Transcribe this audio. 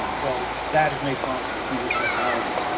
um so that is made possible through this technology,